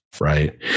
Right